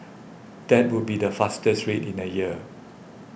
that would be the fastest rate in a year